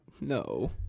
No